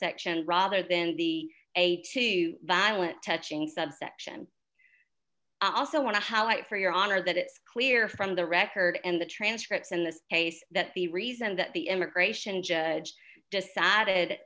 action rather than the a to violent touching subsection i also want to highlight for your honor that it's clear from the record and the transcripts in this case that the reason that the immigration judge decided